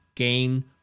gain